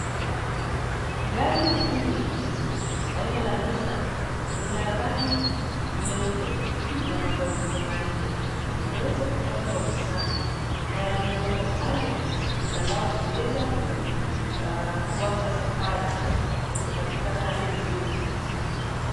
Gari hili aina la Nissan, ni la rangi nyeupe, lina magurudumu manne. Limeweza kufanywa usafi na limewekwa pale angalau kuweza kuanza safari. Iko katika hali nzuri.